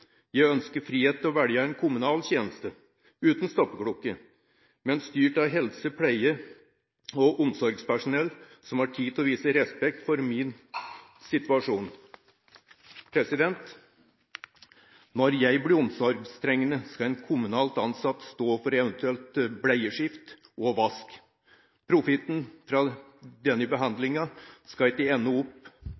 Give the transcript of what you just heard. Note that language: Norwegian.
Jeg ønsker frihet til å velge en kommunal tjeneste uten stoppeklokke, men styrt av helse-, pleie- og omsorgspersonell som har tid til å vise respekt for min situasjon. Når jeg blir omsorgstrengende, skal en kommunalt ansatt stå for en eventuell bleieskift og vask. Profitten fra denne